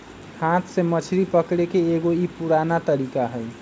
हाथ से मछरी पकड़े के एगो ई पुरान तरीका हई